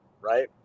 Right